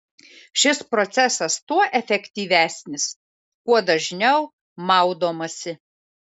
šis procesas tuo efektyvesnis kuo dažniau maudomasi